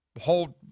hold